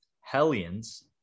Hellions